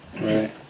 Right